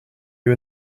you